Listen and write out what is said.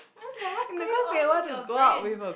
and I was like what's going on with your brain